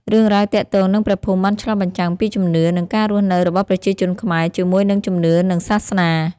រឿងរ៉ាវទាក់ទងនឹងព្រះភូមិបានឆ្លុះបញ្ចាំងពីជំនឿ និងការរស់នៅរបស់ប្រជាជនខ្មែរជាមួយនឹងជំនឿនិងសាសនា។